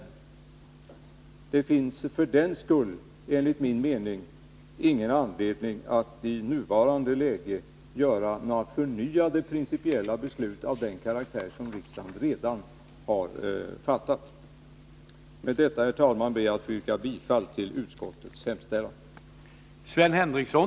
Det finns enligt min mening ingen anledning att i nuvarande läge fatta några förnyade principiella beslut av den karaktär som riksdagen redan har fattat. Med detta, herr talman, ber jag att få yrka bifall till utskottets hemställan.